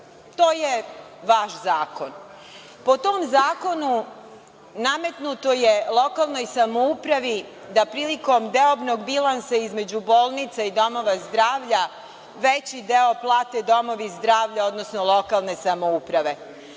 To je vaš zakon. Po tom zakonu nametnuto je lokalnoj samoupravi da prilikom deobnog bilansa između bolnica i domova zdravlja veći deo plate domovi zdravlja, odnosno lokalne samouprave.